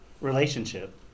Relationship